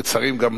לצערי הם גם